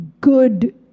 good